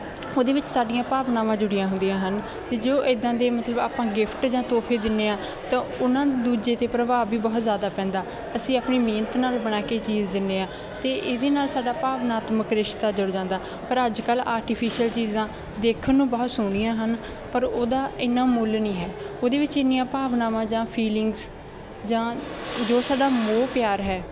ਉਹਦੇ ਵਿੱਚ ਸਾਡੀਆਂ ਭਾਵਨਾਵਾਂ ਜੁੜੀਆਂ ਹੁੰਦੀਆਂ ਹਨ ਅਤੇ ਜੋ ਇੱਦਾਂ ਦੇ ਮਤਲਬ ਆਪਾਂ ਗਿਫਟ ਜਾਂ ਤੋਹਫ਼ੇ ਦਿੰਦੇ ਹਾਂ ਤਾਂ ਉਹਨਾਂ ਦੂਜੇ 'ਤੇ ਪ੍ਰਭਾਵ ਵੀ ਬਹੁਤ ਜ਼ਿਆਦਾ ਪੈਂਦਾ ਅਸੀਂ ਆਪਣੀ ਮਿਹਨਤ ਨਾਲ ਬਣਾ ਕੇ ਚੀਜ਼ ਦਿੰਦੇ ਹਾਂ ਅਤੇ ਇਹਦੇ ਨਾਲ ਸਾਡਾ ਭਾਵਨਾਤਮਕ ਰਿਸ਼ਤਾ ਜੁੜ ਜਾਂਦਾ ਪਰ ਅੱਜ ਕੱਲ੍ਹ ਆਰਟੀਫਿਸ਼ਅਲ ਚੀਜ਼ਾਂ ਦੇਖਣ ਨੂੰ ਬਹੁਤ ਸੋਹਣੀਆਂ ਹਨ ਪਰ ਉਹਦਾ ਇੰਨਾ ਮੁੱਲ ਨਹੀਂ ਹੈ ਉਹਦੇ ਵਿੱਚ ਇੰਨੀਆਂ ਭਾਵਨਾਵਾਂ ਜਾਂ ਫੀਲਿੰਗਸ ਜਾਂ ਜੋ ਸਾਡਾ ਮੋਹ ਪਿਆਰ ਹੈ